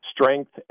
strength